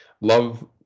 love